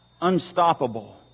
unstoppable